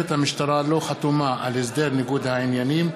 המשטרה לא חתומה על הסדר ניגוד העניינים.